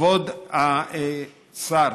כבוד השר,